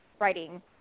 writing